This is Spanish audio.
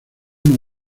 una